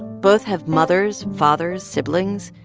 both have mothers, fathers, siblings,